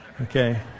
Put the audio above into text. Okay